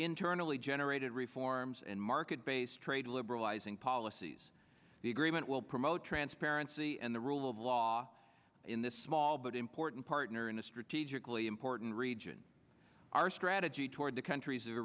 internally generated reforms and market based trade liberalizing policies the agreement will promote transparency and the rule of law in this small but important partner in a strategically important region our strategy toward the countries